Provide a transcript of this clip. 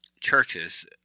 churches